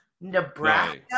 Nebraska